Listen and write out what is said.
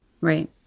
Right